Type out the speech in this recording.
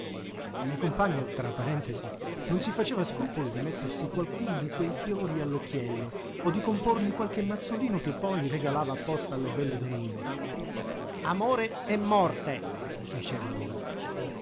un mio compagno tra parentesi non si faceva scrupolo di mettersi qualcuno di quei fiori all'occhiello o di comporne qualche mazzolino che poi regalava apposta alle belle donnine amore e morte diceva lui